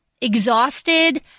exhausted